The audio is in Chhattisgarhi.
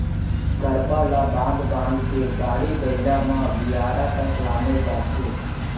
करपा ल बांध बांध के गाड़ी बइला म बियारा तक लाने जाथे